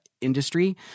industry